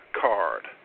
card